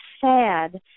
sad